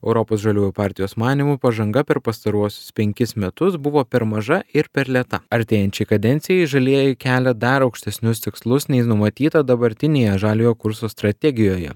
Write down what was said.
europos žaliųjų partijos manymu pažanga per pastaruosius penkis metus buvo per maža ir per lėta artėjančiai kadencijai žalieji kelia dar aukštesnius tikslus nei numatyta dabartinėje žaliojo kurso strategijoje